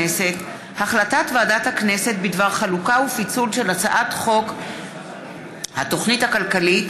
החלטת ועדת הכנסת בדבר חלוקה ופיצול של הצעת חוק התוכנית הכלכלית